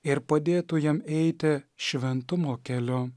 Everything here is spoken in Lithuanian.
ir padėtų jam eiti šventumo keliu